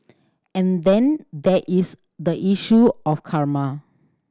and then there is the issue of karma